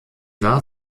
war